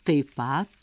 taip pat